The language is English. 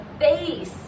face